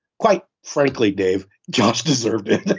quite frankly, dave, josh deserved it.